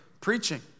Preaching